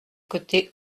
côté